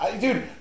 Dude